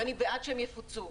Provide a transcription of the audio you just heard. ואני בעד שהם יפוצו.